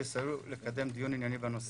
יסייעו לקדם דיון ענייני בנושא.